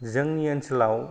जोंनि ओनसोलाव